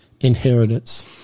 inheritance